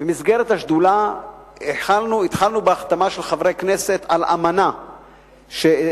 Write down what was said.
במסגרת השדולה התחלנו בהחתמה של חברי כנסת על אמנה שבעצם